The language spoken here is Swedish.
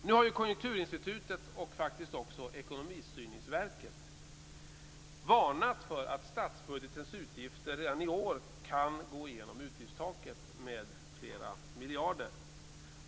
Nu har Konjunkturinstitutet och faktiskt också Ekonomistyrningsverket varnat för att statsbudgetens utgifter redan i år kan gå igenom utgiftstaket med flera miljarder.